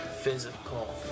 physical